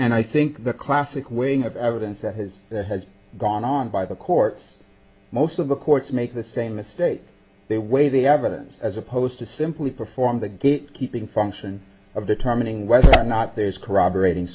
and i think the classic weighing of evidence that has that has gone on by the courts most of the courts make the same mistake they weigh the evidence as opposed to simply perform the gate keeping function of determining whether or not there's corroborat